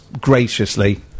graciously